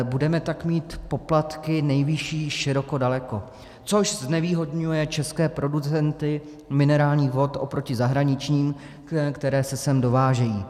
Budeme tak mít poplatky nejvyšší široko daleko, což znevýhodňuje české producenty minerálních vod oproti zahraničním, které se sem dovážejí.